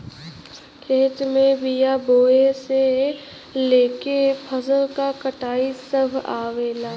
खेत में बिया बोये से लेके फसल क कटाई सभ आवेला